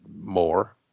more